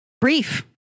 brief